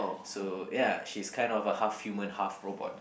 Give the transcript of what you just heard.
so ya she's kind of a half human half robot